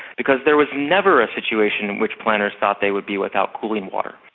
because there was never a situation in which planners thought they would be without cooling water.